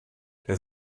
der